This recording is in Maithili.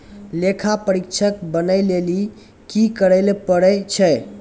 लेखा परीक्षक बनै लेली कि करै पड़ै छै?